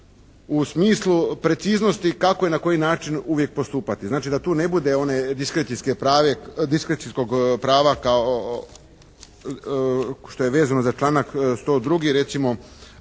u smislu preciznosti kako i na koji način uvije postupati. Znači da tu ne bude one diskrecijskog prava kao što je vezano za članak 102. recimo.